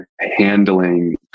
handling